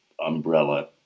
umbrella